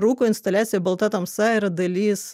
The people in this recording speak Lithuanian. rūko instaliacija balta tamsa yra dalis